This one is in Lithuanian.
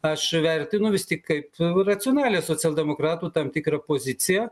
aš vertinu vis tik kaip racionalią socialdemokratų tam tikrą poziciją